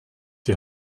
die